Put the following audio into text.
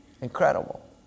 Incredible